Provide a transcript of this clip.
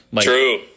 True